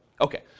Okay